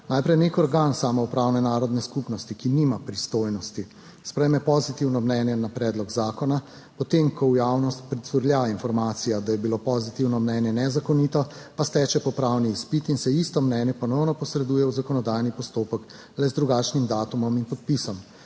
Najprej nek organ samoupravne narodne skupnosti, ki nima pristojnosti, sprejme pozitivno mnenje na predlog zakona, potem ko v javnost pricurlja informacija, da je bilo pozitivno mnenje nezakonito, pa steče popravni izpit in se isto mnenje ponovno posreduje v zakonodajni postopek, le z drugačnim datumom in podpisom.